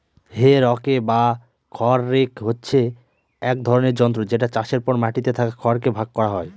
হে rake বা খড় rake হচ্ছে এক ধরনের যন্ত্র যেটা চাষের পর মাটিতে থাকা খড় কে ভাগ করা হয়